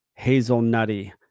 hazelnutty